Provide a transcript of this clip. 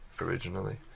originally